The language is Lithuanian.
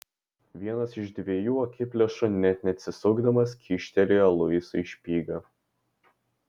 vienas iš dviejų akiplėšų net neatsisukdamas kyštelėjo luisui špygą